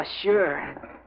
sure